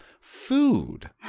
food